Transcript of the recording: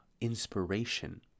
inspiration